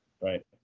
right